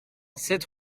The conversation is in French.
sept